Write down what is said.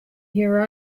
here